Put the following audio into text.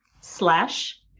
slash